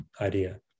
idea